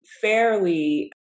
fairly